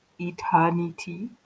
eternity